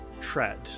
tread